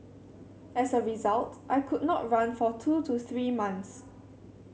as a result I could not run for two to three months